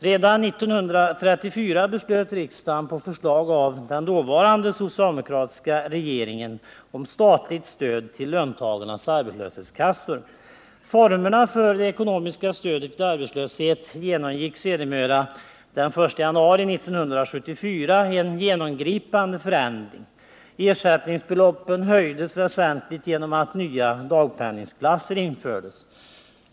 Redan 1934 beslöt riksdagen på förslag av den dåvarande socialdemokratiska regeringen om statligt stöd till löntagarnas arbetslöshetskassor. Formerna för det ekonomiska stödet vid arbetslöshet ändrades den 1 januari 1974 på ett genomgripande sätt. Ersättningsbeloppen höjdes väsentligt genom att nya dagpenningklasser infördes.